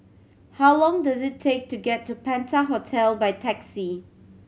how long does it take to get to Penta Hotel by taxi